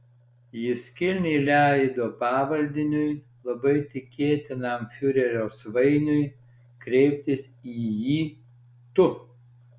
jis kilniai leido pavaldiniui labai tikėtinam fiurerio svainiui kreiptis į jį tu